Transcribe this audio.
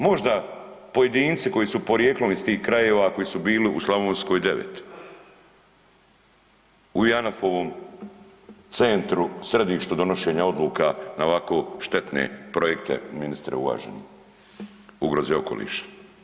Možda pojedinci koji su porijeklom iz tih krajeva, koji su bili u Slavonskoj 9. U JANAF-ovom centru, središtu donošenja odluka na ovako štetne projekte, ministre uvaženi ugroze i okoliša.